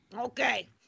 Okay